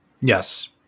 Yes